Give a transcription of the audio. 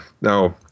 Now